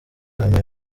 inama